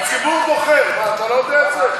הציבור בוחר, מה, אתה לא יודע את זה?